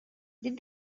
did